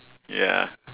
ya